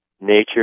nature